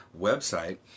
website